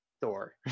Thor